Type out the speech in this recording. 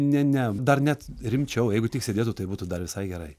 ne ne dar net rimčiau jeigu tik sėdėtų tai būtų dar visai gerai